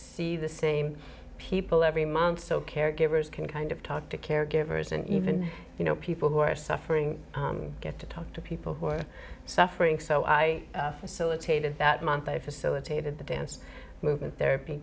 see the same people every month so caregivers can kind of talk to caregivers and even you know people who are suffering get to talk to people who are suffering so i saluted that month they facilitated the dance movement therapy